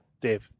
dave